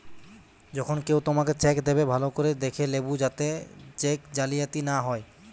যখন কেও তোমাকে চেক দেবে, ভালো করে দেখে লেবু যাতে চেক জালিয়াতি না হয়